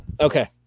okay